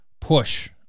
push